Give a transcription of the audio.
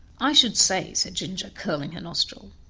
i should say, said ginger, curling her nostril,